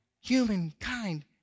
humankind